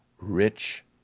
Rich